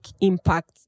impact